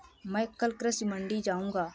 मैं कल कृषि मंडी जाऊँगा